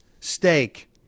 steak